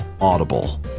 Audible